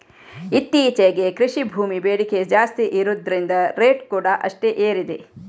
ಇತ್ತೀಚೆಗೆ ಕೃಷಿ ಭೂಮಿ ಬೇಡಿಕೆ ಜಾಸ್ತಿ ಇರುದ್ರಿಂದ ರೇಟ್ ಕೂಡಾ ಅಷ್ಟೇ ಏರಿದೆ